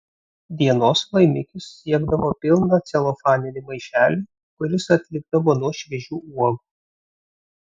dienos laimikis siekdavo pilną celofaninį maišelį kuris atlikdavo nuo šviežių uogų